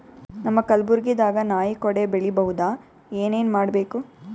ನಮ್ಮ ಕಲಬುರ್ಗಿ ದಾಗ ನಾಯಿ ಕೊಡೆ ಬೆಳಿ ಬಹುದಾ, ಏನ ಏನ್ ಮಾಡಬೇಕು?